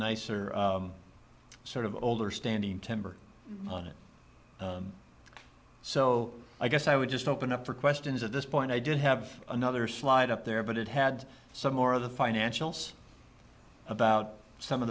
nicer sort of older standing timber on it so i guess i would just open up for questions at this point i did have another slide up there but it had some more of the financials about some of